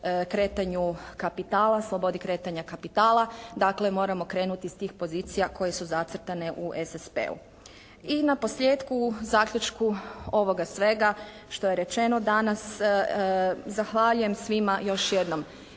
kretanju kapitala. Slobodi kretanja kapitala. Dakle moramo krenuti iz tih pozicija koje su zacrtane u SSP-u. I naposljetku u zaključku ovoga svega što je rečeno danas zahvaljujem svima još jednom